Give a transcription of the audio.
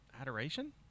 adoration